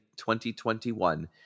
2021